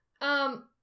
Um-